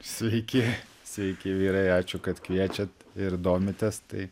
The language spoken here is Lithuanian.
sveiki sveiki vyrai ačiū kad kviečiat ir domitės tai